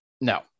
No